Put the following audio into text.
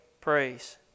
praise